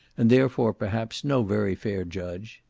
and therefore, perhaps, no very fair judge.